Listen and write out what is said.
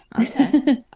Okay